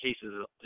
cases